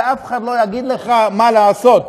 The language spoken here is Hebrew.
ואף אחד לא יגיד לך מה לעשות.